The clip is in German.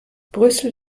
brüssel